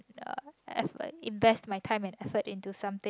uh effort invest my time and effort into something